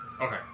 okay